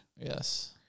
Yes